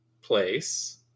place